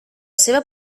seva